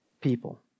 people